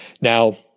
Now